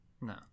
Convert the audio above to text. no